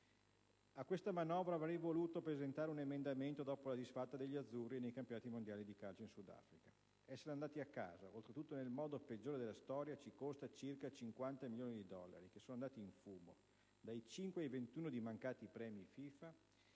A questa manovra avrei voluto presentare un emendamento, alla luce della disfatta degli azzurri nei campionati mondiali di calcio in Sudafrica. Essere andati a casa, oltretutto nel modo peggiore della storia, ci costa circa 50 milioni di dollari andati in fumo: dai 5 ai 21 milioni di mancati premi FIFA